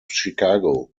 chicago